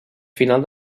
final